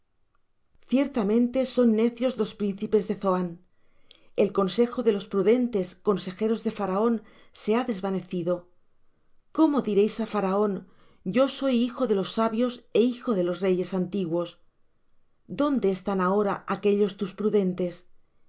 ciertamente son necios los príncipes de zoán el consejo de los prudentes consejeros de faraón se ha desvanecido cómo diréis á faraón yo soy hijo de los sabios é hijo de los reyes antiguos dónde están ahora aquellos tus prudentes